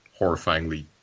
horrifyingly